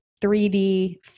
3D